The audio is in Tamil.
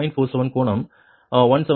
47 கோணம் 175